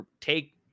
take